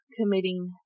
Committing